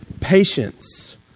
patience